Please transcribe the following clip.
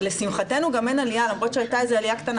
ולשמחתנו גם אין עליה למרות שהייתה עליה קטנה